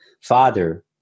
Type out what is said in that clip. father